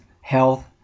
health